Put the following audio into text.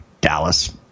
Dallas